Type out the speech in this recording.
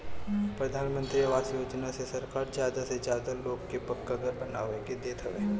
प्रधानमंत्री आवास योजना से सरकार ज्यादा से ज्यादा लोग के पक्का घर बनवा के देत हवे